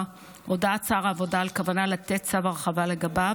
הודעת שר העבודה על כוונה לתת צו הרחבה לגביו,